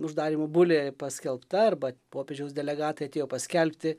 uždarymo bulė paskelbta arba popiežiaus delegatai atėjo paskelbti